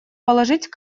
положить